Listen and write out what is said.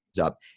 up